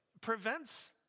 prevents